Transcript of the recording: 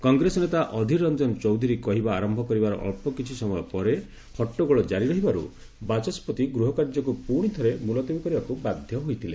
କଂଗ୍ରେସ ନେତା ଅଧୀର ରଞ୍ଜନ ଚୌଧୁରୀ କହିବା ଆରମ୍ଭ କରିବାର ଅଳ୍ପ କିଛି ସମୟ ପରେ ହଟ୍ଟଗୋଳ ଜାରି ରହିବାରୁ ବାଚସ୍କତି ଗୃହକାର୍ଯ୍ୟକୁ ପୁଣିଥରେ ମୁଲତବୀ କରିବାକୁ ବାଧ୍ୟ ହୋଇଥିଲେ